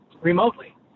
remotely